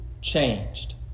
changed